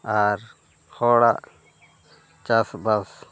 ᱟᱨ ᱦᱚᱲᱟᱜ ᱪᱟᱥᱵᱟᱥ